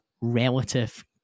relative